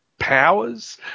powers